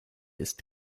ist